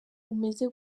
umeze